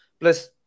Plus